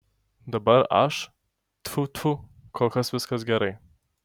dabar aš tfu tfu kol kas viskas gerai